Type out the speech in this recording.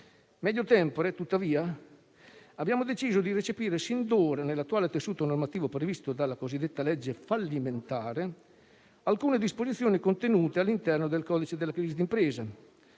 *Medio tempore*, tuttavia, abbiamo deciso di recepire sin d'ora nell'attuale tessuto normativo previsto dalla cosiddetta legge fallimentare, alcune disposizioni contenute all'interno del codice della crisi d'impresa,